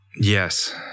Yes